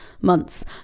months